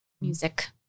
music